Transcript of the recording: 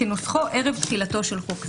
כנוסחו ערב תחילתו של חוק זה.